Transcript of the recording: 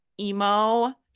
emo